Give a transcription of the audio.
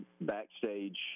backstage